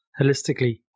holistically